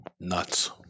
Nuts